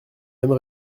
mêmes